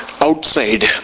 outside